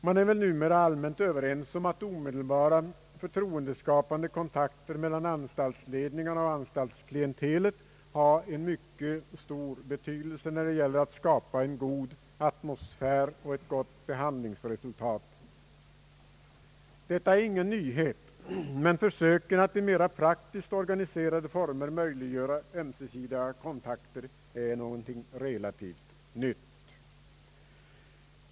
Man är väl numera allmänt överens om att omedelbara, förtroendeskapande kontakter mellan anstaltsledningarna och anstaltsklientelet har en mycket stor betydelse när det gäller att skapa en god atmosfär och ett gott behandlingsresultat. Detta är ingen nyhet, men försöken att i mera praktiskt organiserade former möjliggöra ömsesidiga kontakter är någonting relativt nytt.